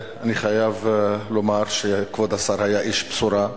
אני חייב לומר שכבוד השר היה איש בשורה,